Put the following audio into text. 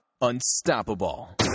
Unstoppable